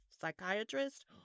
psychiatrist